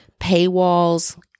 paywalls